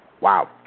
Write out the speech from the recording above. Wow